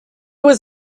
was